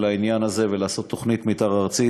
העניין הזה ולעשות תוכנית מתאר ארצית.